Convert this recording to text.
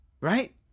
right